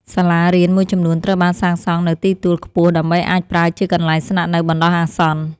សាលារៀនមួយចំនួនត្រូវបានសាងសង់នៅទីទួលខ្ពស់ដើម្បីអាចប្រើជាកន្លែងស្នាក់នៅបណ្តោះអាសន្ន។